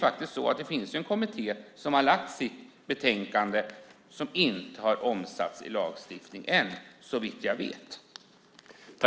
Det finns ju en kommitté som har lagt fram sitt betänkande som inte har omsatts i lagstiftning än såvitt jag vet.